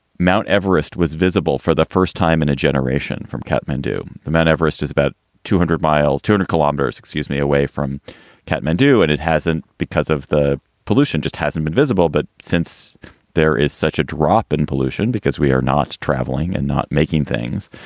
mt. everest was visible for the first time in a generation from kathmandu. mt. everest is about two hundred miles, two and kilometers kilometers excuse me, away from katmandu. and it hasn't because of the pollution, just hasn't been visible. but since there is such a drop in pollution because we are not traveling and not making things,